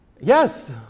Yes